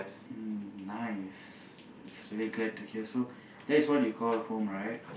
um nice it's really glad to hear so that is what you call home right